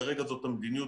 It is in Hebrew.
כרגע זאת המדיניות,